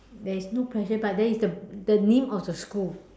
there is no pressure but there is the the name of the school